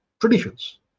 traditions